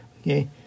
Okay